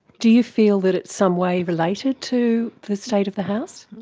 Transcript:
do you feel that it's some way related to the state of the house?